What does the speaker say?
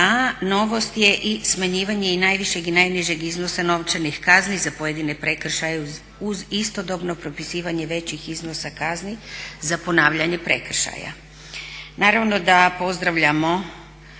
a novost je i smanjivanje i najvišeg i najnižeg iznosa novčanih kazni za pojedine prekršaje uz istodobno propisivanje većih iznosa kazni za ponavljanje prekršaja. Naravno da pozdravljamo